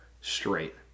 straight